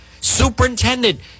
Superintendent